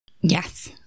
Yes